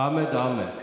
חמד עמאר.